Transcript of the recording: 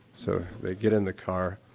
so they get in the car,